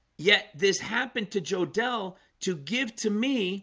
yet this happened to jodel to give to me